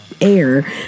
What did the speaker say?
air